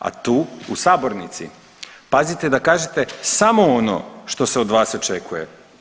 A tu u sabornici pazite da kažete samo ono što se od vas očekuje.